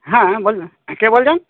হ্যাঁ বলুন কে বলছেন